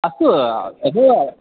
अस्तु यदि